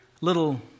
Little